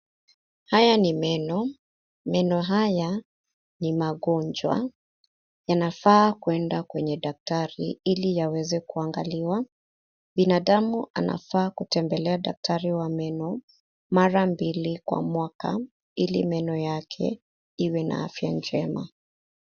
Haya ni meno. Meno haya ni magonjwa, yanafaa kuenda kwenye daktari ili yaweze kuangaliwa. Binadamu anafaa kutembelea daktari wa meno mara mbili kwa mwaka ili meno yake iwe na afya njema.